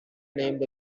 named